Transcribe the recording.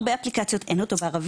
הרבה אפליקציות אין אותן בערבית,